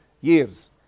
years